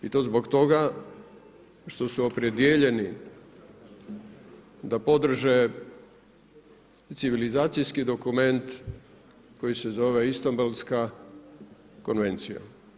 I to zbog toga što su opredijeljeni da podrže civilizacijski dokument koji se zove Istanbulska konvencija.